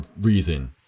reason